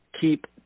keep